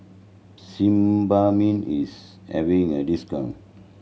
sebamed is having a discount